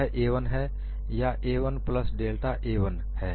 यह a1 है या a1 प्लस डेल्टा a1 है